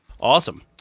Awesome